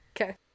Okay